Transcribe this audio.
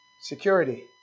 Security